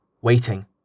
waiting